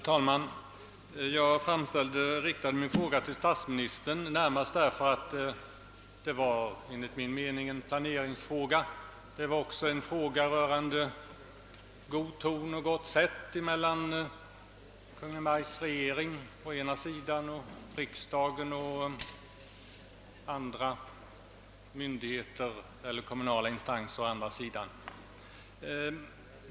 Herr talman! Jag riktade min fråga till statsministern närmast därför att det enligt min mening var en planeringsfråga. Det var också en fråga om god ton och gott sätt mellan å ena sidan regeringen och riksdagen och å andra sidan myndigheterna och de kommunala instanserna.